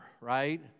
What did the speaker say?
right